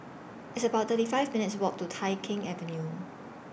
It's about thirty five minutes' Walk to Tai Keng Avenue